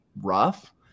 rough